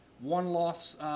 one-loss